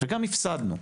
וגם הפסדנו.